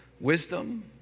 wisdom